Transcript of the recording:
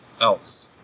else